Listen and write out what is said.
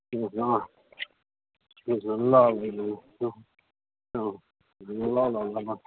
ए अँ ल अँ ल ल ल ल ल